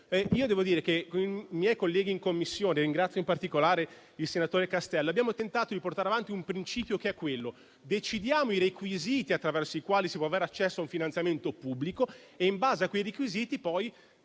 Devo dire che con i miei colleghi in Commissione - ringrazio in particolare il senatore Castiello - abbiamo tentato di portare avanti un principio, che è quello di decidere i requisiti attraverso i quali si può avere accesso a un finanziamento pubblico; dopodiché, in base a tali requisiti, si